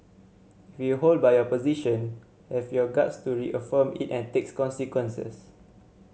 if you hold by your position have your guts to reaffirm it and takes consequences